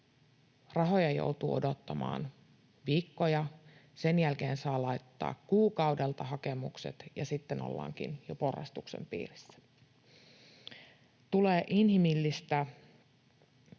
rahoja joutuu odottamaan viikkoja. Sen jälkeen saa laittaa kuukaudelta hakemukset, ja sitten ollaankin jo porrastuksen piirissä. Tulee inhimillistä kärsimystä